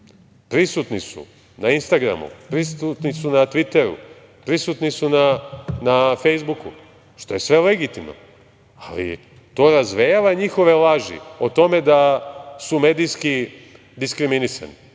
prisutni su na Instagramu, prisutni su na Tviteru, prisutni su na Fejsbuku, što je sve legitimno, ali to razvejava njihove laži o tome da su medijski diskriminisani.